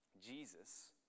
Jesus